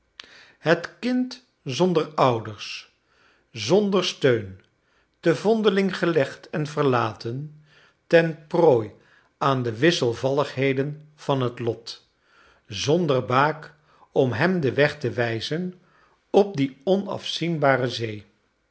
het kind zonder ouders zonder steun te vondeling gelegd en verlaten ten prooi aan de wisselvalligheden van het lot zonder baak om hem den weg te wijzen op die onafzienbare zee